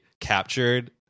captured